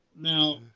Now